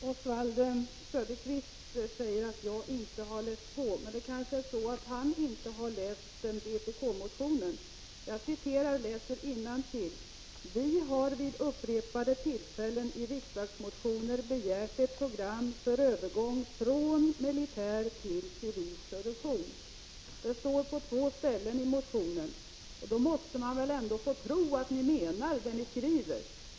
Fru talman! Oswald Söderqvist säger att jag inte har läst på. Men det kanske är så att han inte läst vpk-motionen 1984/85:2059. Jag citerar direkt ur denna: ”Vi har vid upprepade tillfällen i riksdagsmotioner begärt ett program för övergång från militär till civil produktion.” Det står på två ställen i motionen. Då måste man väl ändå få tro att ni menar vad ni skriver.